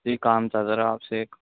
جی کام تھا سر آپ سے ایک